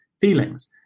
feelings